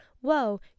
whoa